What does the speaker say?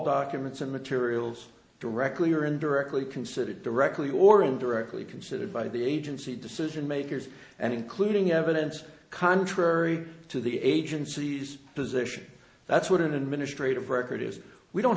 documents and materials directly or indirectly considered directly or indirectly considered by the agency decision makers and including evidence contrary to the agency's position that's what an administrative record is we don't